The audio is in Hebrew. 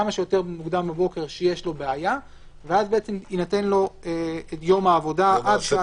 כמה שיותר מוקדם בבוקר שיש לו בעיה ויינתן לו יום העבודה עד השעה